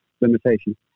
limitation